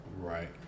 Right